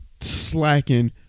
slacking